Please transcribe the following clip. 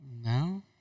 No